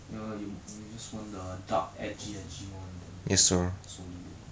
ya you you just want the dark edgy edgy one then so be it